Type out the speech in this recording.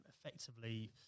effectively